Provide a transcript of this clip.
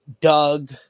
Doug